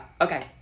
Okay